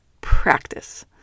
practice